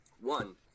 One